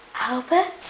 Albert